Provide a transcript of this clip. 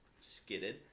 skidded